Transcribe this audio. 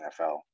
NFL